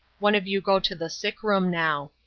one of you go to the sick-room now.